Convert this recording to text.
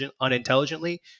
unintelligently